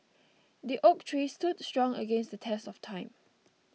the oak tree stood strong against the test of time